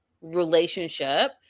relationship